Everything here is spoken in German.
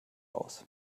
aus